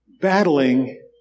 battling